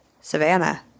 savannah